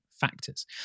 factors